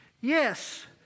yes